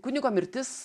kunigo mirtis